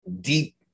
deep